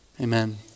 Amen